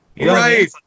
right